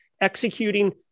executing